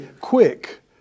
quick